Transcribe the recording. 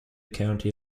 county